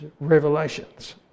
revelations